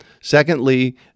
Secondly